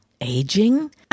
aging